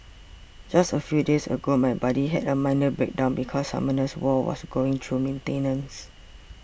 just a few days ago my buddy had a minor breakdown because Summoners War was going through maintenance